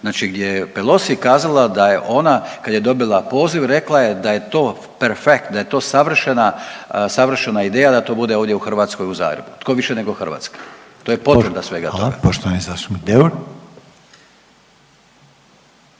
Znači gdje je Pelosi kazala da je ona kad je dobila poziv rekla je da je to perfect, da je to savršena, savršena ideja da to bude ovdje u Hrvatskoj u Zagrebu. Tko više nego Hrvatska. To je potvrda svega. **Reiner,